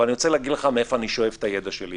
אבל אני רוצה להגיד לך מאיפה אני שואב את הידע שלי,